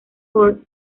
ford